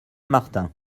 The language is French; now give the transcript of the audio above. martin